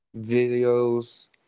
videos